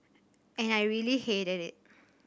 and I really hated it